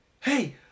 hey